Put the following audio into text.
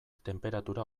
tenperatura